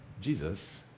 Jesus